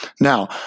Now